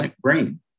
brain